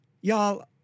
Y'all